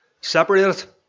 separated